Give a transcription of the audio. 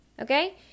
okay